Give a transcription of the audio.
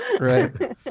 Right